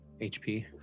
HP